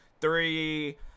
three